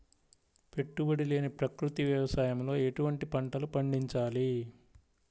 పెట్టుబడి లేని ప్రకృతి వ్యవసాయంలో ఎటువంటి పంటలు పండించాలి?